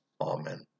Amen